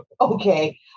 Okay